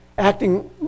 acting